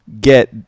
get